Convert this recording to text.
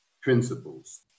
principles